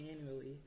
annually